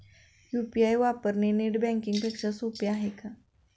UPI वापरणे net banking पेक्षा सोपे आहे का?